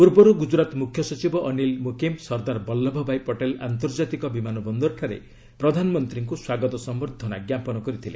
ପୂର୍ବରୁ ଗୁକ୍ତୁରାତ୍ ମୁଖ୍ୟ ସଚିବ ଅନିଲ୍ ମୁକିମ୍ ସର୍ଦ୍ଦାର୍ ବଲ୍ଲଭଭାଇ ପଟେଲ୍ ଆନ୍ତର୍ଜାତିକ ବିମାନ ବନ୍ଦରଠାରେ ପ୍ରଧାନମନ୍ତ୍ରୀଙ୍କୁ ସ୍ୱାଗତ ସମ୍ଭର୍ଦ୍ଧନା ଞ୍ଜାପନ କରିଥିଲେ